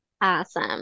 Awesome